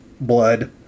blood